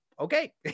okay